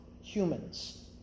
humans